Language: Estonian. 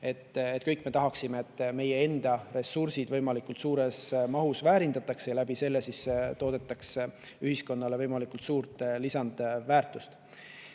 me kõik tahaksime, et meie enda ressursse võimalikult suures mahus väärindatakse ja selle kaudu toodetakse ühiskonnale võimalikult suurt lisandväärtust. Mina